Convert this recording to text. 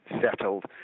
settled